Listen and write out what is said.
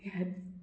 हेंच